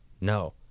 No